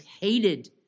hated